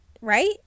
right